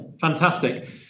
fantastic